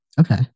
Okay